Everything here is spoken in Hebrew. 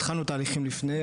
התחלנו תהליכים לפני,